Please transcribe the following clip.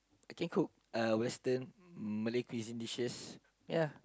I can cook uh western Malay cuisine dishes ya